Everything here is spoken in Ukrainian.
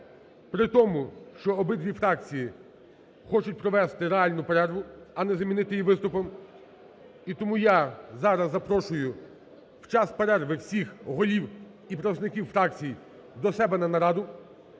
Притому, що обидві фракції хочуть провести реальну перерву, а не замінити її виступом. І тому я зараз запрошую в час перерви всіх голів і представників фракцій до себе на нараду.